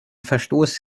verstoß